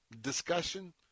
discussion